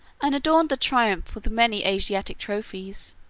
and adorned the triumph with many asiatic trophies,